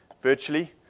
virtually